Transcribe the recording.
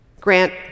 Grant